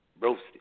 Roasted